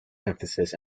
emphasis